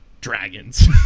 dragons